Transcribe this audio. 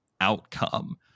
outcome